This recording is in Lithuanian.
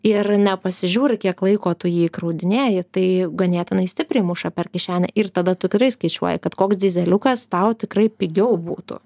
ir nepasižiūri kiek laiko tu jį įkraudinėji tai ganėtinai stipriai muša per kišenę ir tada tikrai skaičiuoji kad koks dyzeliukas tau tikrai pigiau būtų